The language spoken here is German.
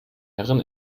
herren